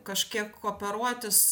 kažkiek kooperuotis